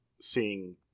seeing